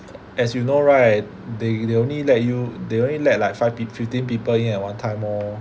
as you know right they they only let you they only let like five peo~ fifty people in at one time orh